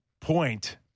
point